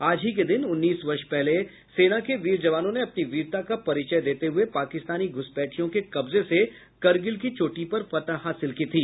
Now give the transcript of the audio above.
आज ही के दिन उन्नीस वर्ष पहले सेना के वीर जवानों ने अपनी वीरता का परिचय देते हुए पाकिस्तानी घुसपैठियों के कब्जे से करगिल की चोटी पर फतह हासिल की थी